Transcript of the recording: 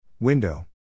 Window